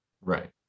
Right